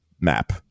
map